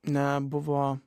na buvo